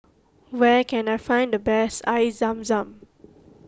where can I find the best Air Zam Zam